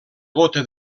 gota